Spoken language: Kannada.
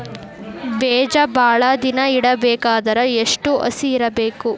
ಬೇಜ ಭಾಳ ದಿನ ಇಡಬೇಕಾದರ ಎಷ್ಟು ಹಸಿ ಇರಬೇಕು?